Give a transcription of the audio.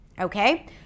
Okay